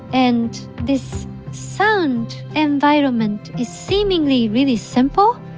and this sound environment is seemingly really simple,